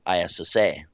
ISSA